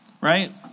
right